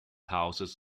houses